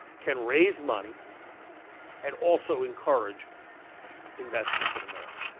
can raise money and also encourage investment in america.